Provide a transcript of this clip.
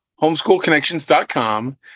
homeschoolconnections.com